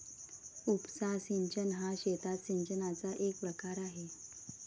उपसा सिंचन हा शेतात सिंचनाचा एक प्रकार आहे